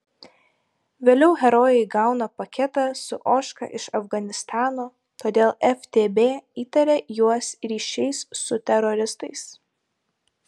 vėliau herojai gauna paketą su ožka iš afganistano todėl ftb įtaria juos ryšiais su teroristais